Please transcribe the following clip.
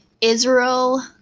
Israel